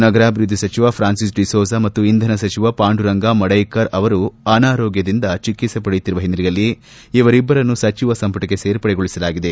ನಗರಾಭಿವೃದ್ಧಿ ಸಚಿವ ಫ್ರಾನ್ಸಿಸ್ ಡಿಸೋಜಾ ಮತ್ತು ಇಂಧನ ಸಚಿವ ಪಾಂಡುರಂಗ ಮಡ್ಟೈಕರ್ ಅವರು ಅನಾರೋಗ್ಯದಿಂದ ಚಿಟಿತ್ಸೆ ಪಡೆಯುತ್ತಿರುವ ಹಿನ್ನೆಲೆಯಲ್ಲಿ ಇವರಿಬ್ಬರನ್ನು ಸಚಿವ ಸಂಪುಟಕ್ಕೆ ಸೇರ್ಪಡೆಗೊಳಿಸಲಾಗಿದೆ